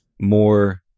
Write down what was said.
more